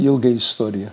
ilga istorija